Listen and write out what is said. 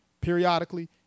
periodically